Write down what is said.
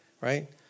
right